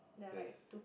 there is